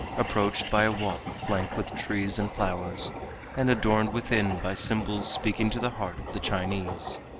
approached by a walk flanked with trees and flowers and adorned within by symbols speaking to the heart of the chinese.